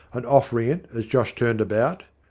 and offering it as josh turned about.